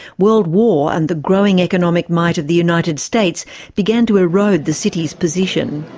world war and the growing economic might of the united states began to erode the city's position.